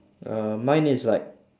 uh mine is like